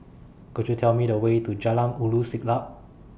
Could YOU Tell Me The Way to Jalan Ulu Siglap